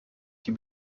die